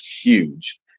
huge